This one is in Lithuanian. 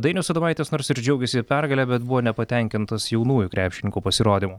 dainius adomaitis nors ir džiaugėsi pergale bet buvo nepatenkintas jaunųjų krepšininkų pasirodymu